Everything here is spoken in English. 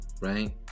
Right